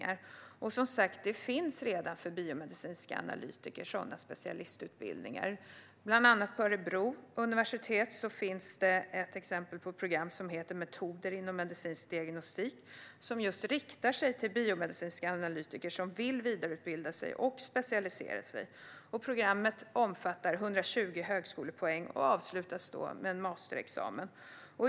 Sådana specialistutbildningar finns som sagt redan för biomedicinska analytiker. På Örebro universitet finns till exempel ett program som heter Metoder inom medicinsk diagnostik, som riktar sig just till biomedicinska analytiker som vill vidareutbilda sig och specialisera sig. Programmet omfattar 120 högskolepoäng och avslutas med en masterexamen.